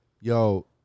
Yo